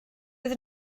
oedd